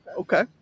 Okay